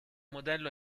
modello